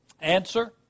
Answer